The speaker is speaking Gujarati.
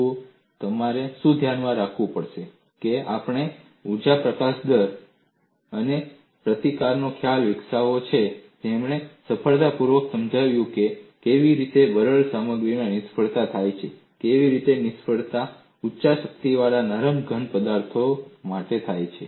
જુઓ તમારે શું ધ્યાનમાં રાખવું પડશે તે છે કે આપણે ઊર્જા પ્રકાશન દર અને પ્રતિકારનો ખ્યાલ વિકસાવ્યો છે જેણે સફળતાપૂર્વક સમજાવ્યું છે કે કેવી રીતે બરડ સામગ્રીમાં નિષ્ફળતા થાય છે કેવી રીતે નિષ્ફળતા ઉચ્ચ શક્તિવાળા નરમ ઘન પદાર્થોમાં થાય છે